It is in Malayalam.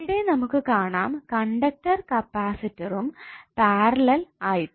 ഇവിടെ നമുക്ക് കാണാം കണ്ടക്ടർ കപ്പാസിറ്റസ്സും പാരലൽ ആയിട്ട്